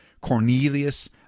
Cornelius